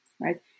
Right